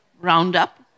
Roundup